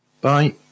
Bye